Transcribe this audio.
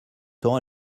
temps